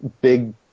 big